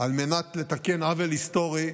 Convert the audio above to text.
על מנת לתקן עוול היסטורי,